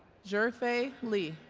zhifei li